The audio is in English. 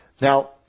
Now